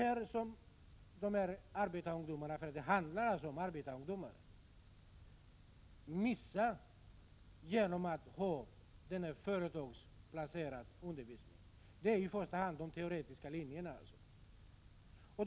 Det som dessa arbetarungdomar — för det handlar alltså om arbetarungdomar — missar genom denna företagsbaserade undervisning är i första hand den teoretiska undervisningen.